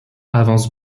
avance